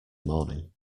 morning